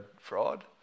fraud